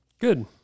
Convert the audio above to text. Good